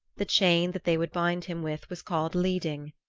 the chain that they would bind him with was called laeding.